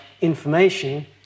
information